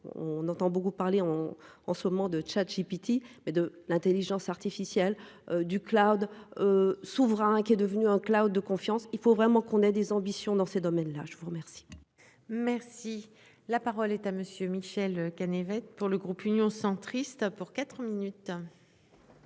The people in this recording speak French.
on entend beaucoup parler, on en ce moment de tchatcher pythie mais de l'Intelligence artificielle du Cloud. Souverain qui est devenu un Cloud de confiance, il faut vraiment qu'on a des ambitions dans ces domaines là, je vous remercie. Merci. La parole est à monsieur Michel qui navette pour le groupe Union centriste pour 4 minutes.